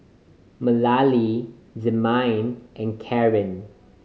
Mallie Demian and Caren